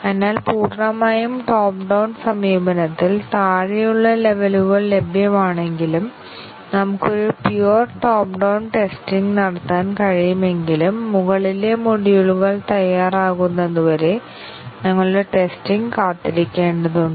അതിനാൽ പൂർണ്ണമായും top down സമീപനത്തിൽ താഴെയുള്ള ലെവലുകൾ ലഭ്യമാണെങ്കിലും നമുക്ക് ഒരു പ്യൂർ ടോപ്പ് ഡൌൺ ടെസ്റ്റിംഗ് നടത്താൻ കഴിയുമെങ്കിലും മുകളിലെ മൊഡ്യൂളുകൾ തയ്യാറാകുന്നതുവരെ ഞങ്ങളുടെ ടെസ്റ്റിംഗ് കാത്തിരിക്കേണ്ടതുണ്ട്